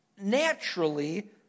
naturally